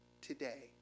today